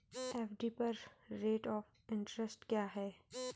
FD पर rate of interest क्या है?